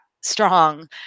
strong